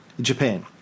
Japan